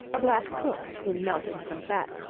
a black cook, in melting some fat,